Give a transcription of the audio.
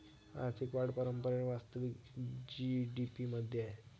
आर्थिक वाढ परंपरेने वास्तविक जी.डी.पी मध्ये आहे